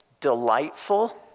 delightful